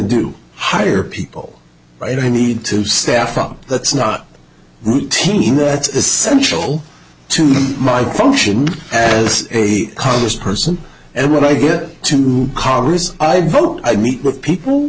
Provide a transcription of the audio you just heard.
do hire people and i need to staff up that's not routine that's essential to my function as a congress person and when i get to congress i vote i meet with people